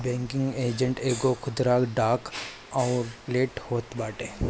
banking agent एगो खुदरा डाक आउटलेट होत बाटे